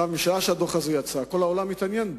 משעה שהדוח הזה יצא, כל העולם התעניין בו.